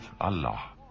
Allah